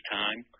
time